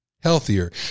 healthier